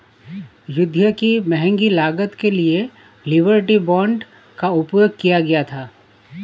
युद्ध की महंगी लागत के लिए लिबर्टी बांड का उपयोग किया गया था